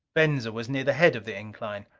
venza was near the head of the incline.